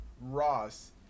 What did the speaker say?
Ross